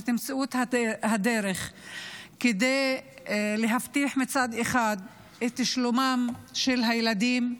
שתמצאו את הדרך כדי להבטיח מצד אחד את שלומם של הילדים,